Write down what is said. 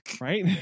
right